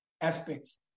aspects